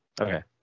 Okay